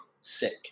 sick